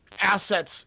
assets